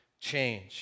change